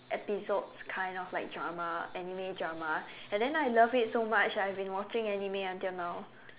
episodes kind of like drama anime drama and then I love it so much I've been watching anime until now